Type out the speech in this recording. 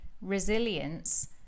resilience